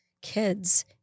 kids